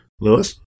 lewis